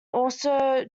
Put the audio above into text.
also